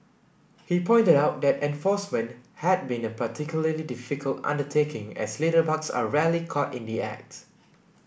he pointed out that enforcement had been a particularly difficult undertaking as litterbugs are rarely caught in the act